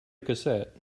cassette